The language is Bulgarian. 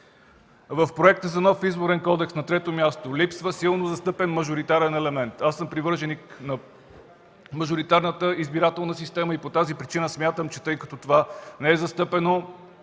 в Проекта за нов Изборен кодекс липсва силно застъпен мажоритарен елемент. Аз съм привърженик на мажоритарната избирателна система. По тази причина, тъй като това не е застъпено